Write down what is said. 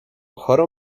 chorą